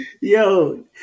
Yo